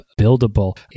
Buildable